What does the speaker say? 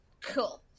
cool